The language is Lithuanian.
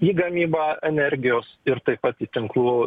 į gamybą energijos ir taip pat į tinklų